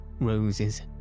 roses